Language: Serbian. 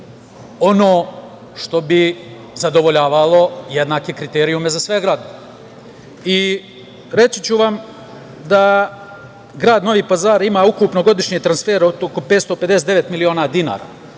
ono što bi zadovoljavalo jednake kriterijume za sve gradove. Reći ću vam da grad Novi Pazar ima ukupno godišnji transfer od oko 559 miliona dinara,